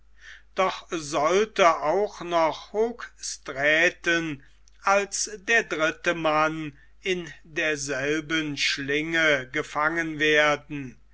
doch sollte auch noch hoogstraaten als der dritte mann in derselben schlinge gefangen werden